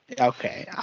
Okay